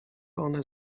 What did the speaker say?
one